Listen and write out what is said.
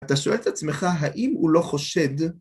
אתה שואל את עצמך האם הוא לא חושד?